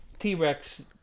T-Rex